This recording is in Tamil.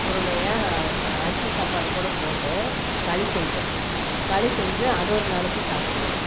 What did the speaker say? உருண்டையாக அரிசி சாப்பாடு கூட போட்டு களி செய்வோம் களி செஞ்சு அது ஒரு நாளைக்கு சாப்பிடுவோம்